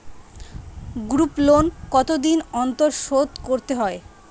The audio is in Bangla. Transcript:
গ্রুপলোন কতদিন অন্তর শোধকরতে হয়?